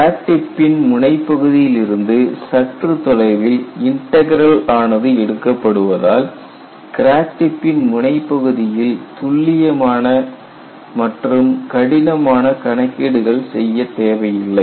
crack டிப்பின் முனைப் பகுதியில் இருந்து சற்று தொலைவில் இன்டக்ரல் ஆனது எடுக்கப்படுவதால் கிராக் டிப்பின் முனைப் பகுதியில் துல்லியமான மற்றும் கடினமான கணக்கீடுகள் செய்ய தேவையில்லை